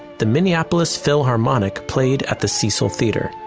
the minneapolis philharmonic played at the cecil theater.